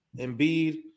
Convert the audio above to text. Embiid